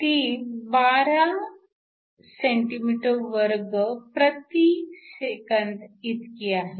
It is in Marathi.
ती 12 cm2 s 1 इतकी आहे